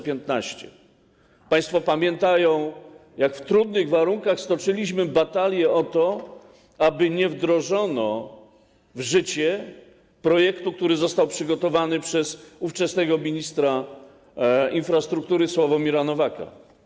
Państwo pamiętają, w jak trudnych warunkach stoczyliśmy batalię o to, aby nie wdrożono w życie projektu, który został przygotowany przez ówczesnego ministra infrastruktury Sławomira Nowaka.